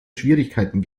schwierigkeiten